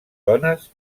dones